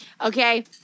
okay